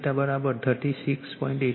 તેથી અહીં આ 36